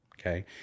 okay